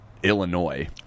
Illinois